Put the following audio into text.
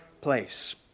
place